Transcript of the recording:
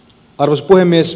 arvoisa puhemies